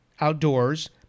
outdoors